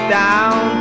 down